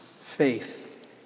faith